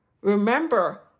Remember